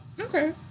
okay